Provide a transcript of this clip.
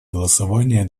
голосование